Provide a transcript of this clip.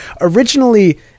originally